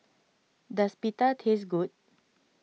does Pita taste good